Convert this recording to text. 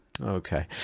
okay